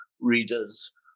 readers